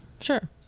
Sure